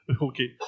okay